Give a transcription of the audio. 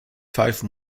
five